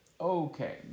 Okay